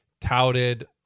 touted